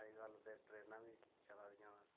अज्जकल ते ट्रैनां बी चला दियां न